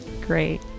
Great